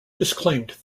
disclaimed